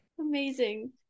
Amazing